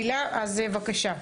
בבקשה,